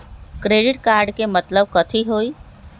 Credit card के मतलब कथी होई?